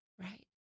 right